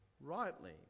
rightly